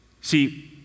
See